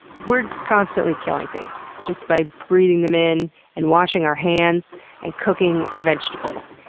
we're constantly killing things, just by breathing them in and washing our hands and cooking our vegetables.